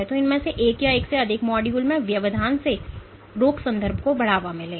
तो इनमें से एक या एक से अधिक मॉड्यूल में व्यवधान से रोग संदर्भ को बढ़ावा मिलेगा